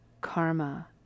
karma